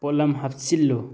ꯄꯣꯠꯂꯝ ꯍꯥꯞꯆꯤꯜꯂꯨ